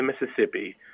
Mississippi